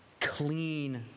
clean